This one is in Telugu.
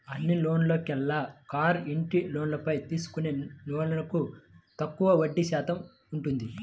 అన్ని లోన్లలోకెల్లా కారు, ఇంటి లోన్లపై తీసుకునే లోన్లకు తక్కువగా వడ్డీ శాతం ఉంటుంది